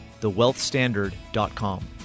thewealthstandard.com